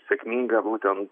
sėkmingą būtent